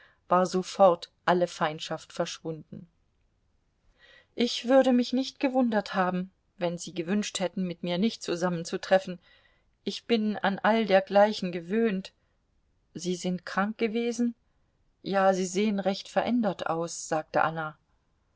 war sofort alle feindschaft verschwunden ich würde mich nicht gewundert haben wenn sie gewünscht hätten mit mir nicht zusammenzutreffen ich bin an all dergleichen gewöhnt sie sind krank gewesen ja sie sehen recht verändert aus sagte anna